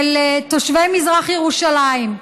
של תושבי מזרח ירושלים.